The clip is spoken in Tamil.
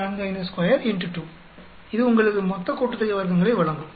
452 X 2 இது உங்களுக்கு மொத்த கூட்டுத்தொகை வர்க்கங்களை வழங்கும்